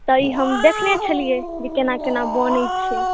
तऽ ई हम देखने छलियै केना केना बनै छै